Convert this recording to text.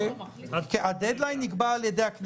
נתראה בשעה